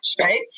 right